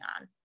on